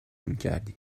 میکردی